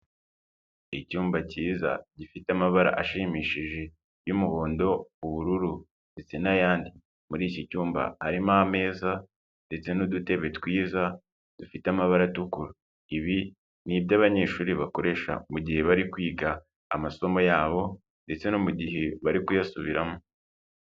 Icyumba cyiza gifite amabara ashimishije y'umuhondo, ubururu, ndetse n'yandi. Muri iki cyumba harimo ameza ndetse n'udutebe twiza dufite amabara atukura. Ibi ni iby'abanyeshuri bakoresha mu gihe bari kwiga amasomo yabo ndetse no mu mugihe bari kuyasubiramo.